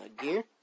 gear